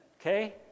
okay